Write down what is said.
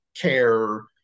care